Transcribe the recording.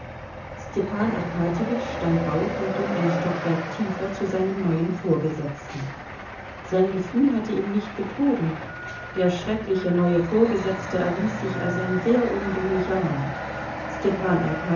arkadjewitsch stand auf und ging ein stockwerk tiefer zu seinem neuen vorgesetzten sein gefühl hatte ihn nicht betrogen der schreckliche neue vorgesetzte erwies sich als ein sehr umgänglicher mann stepan